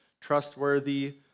trustworthy